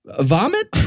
vomit